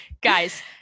guys